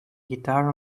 guitar